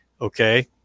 okay